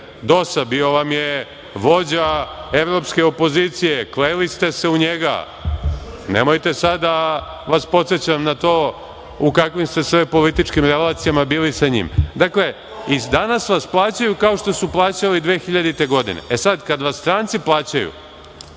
DOS, bio je vođa evropske opozicije, kleli ste se u njega i nemojte sada da vas podsećam na to u kakvim ste sve političkim relacijama bili sa njim. Dakle, i danas vas plaćaju kao što su plaćali 2000. godine, e sad kad vas stranci plaćaju,